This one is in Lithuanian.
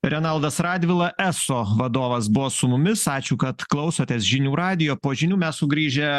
renaldas radvila eso vadovas buvo su mumis ačiū kad klausotės žinių radijo po žinių mes sugrįžę